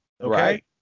okay